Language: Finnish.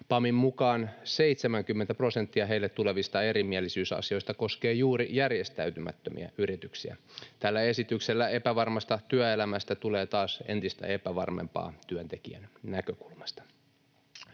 PAMin mukaan 70 prosenttia heille tulevista erimielisyysasioista koskee juuri järjestäytymättömiä yrityksiä. Tällä esityksellä epävarmasta työelämästä tulee taas entistä epävarmempaa työntekijän näkökulmasta.